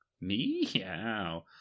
Meow